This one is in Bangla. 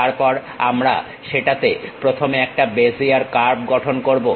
তারপর আমরা সেটাতে প্রথমে একটা বেজিয়ার কার্ভ গঠন করবো